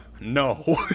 No